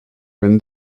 when